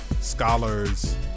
scholars